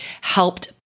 helped